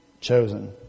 chosen